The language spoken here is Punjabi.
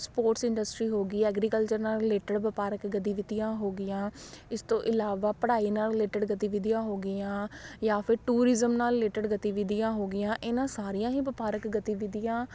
ਸਪੋਰਟਸ ਇੰਡਸਟਰੀ ਹੋ ਗਈ ਐਗਰੀਕਲਚਰ ਨਾਲ ਰਿਲੇਟਿਡ ਵਪਾਰਕ ਗਤੀਵਿਧੀਆਂ ਹੋ ਗਈਆਂ ਇਸ ਤੋਂ ਇਲਾਵਾ ਪੜ੍ਹਾਈ ਨਾਲ ਰਿਲੇਟਿਡ ਗਤੀਵਿਧੀਆਂ ਹੋ ਗਈਆਂ ਜਾਂ ਫਿਰ ਟੂਰਿਜ਼ਮ ਨਾਲ ਰਿਲੇਟਿਡ ਗਤੀਵਿਧੀਆਂ ਹੋ ਗਈਆਂ ਇਹਨਾਂ ਸਾਰੀਆਂ ਹੀ ਵਪਾਰਕ ਗਤੀਵਿਧੀਆਂ